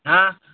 हां